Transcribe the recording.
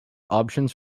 options